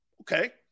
Okay